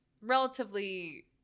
relatively